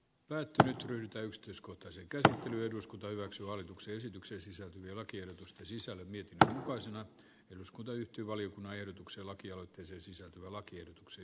löytänyt yhtä yksityiskohtaiseen työhön eduskunta hyväksyy hallituksen esitykseen sisältyy lakiehdotusta sisälly nyt toisen eduskunta yhtyi valiokunnan ehdotuksen lakialoitteeseen sisältyvän lakiehdotuksen